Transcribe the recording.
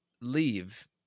leave